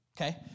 Okay